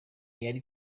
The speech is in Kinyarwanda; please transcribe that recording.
yari